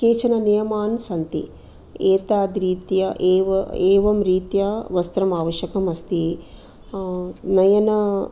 केचन नियमानि सन्ति एतद्रीत्या एव एवं रीत्या वस्त्रं आवश्यकम् अस्ति नयन